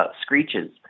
screeches